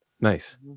Nice